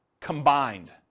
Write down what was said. combined